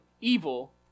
evil